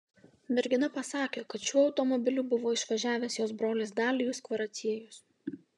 mergina pasakė kad šiuo automobiliu buvo išvažiavęs jos brolis dalijus kvaraciejus